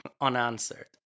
unanswered